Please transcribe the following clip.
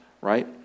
right